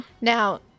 Now